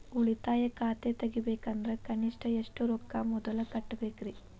ಉಳಿತಾಯ ಖಾತೆ ತೆಗಿಬೇಕಂದ್ರ ಕನಿಷ್ಟ ಎಷ್ಟು ರೊಕ್ಕ ಮೊದಲ ಕಟ್ಟಬೇಕ್ರಿ?